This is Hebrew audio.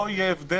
לא יהיה הבדל,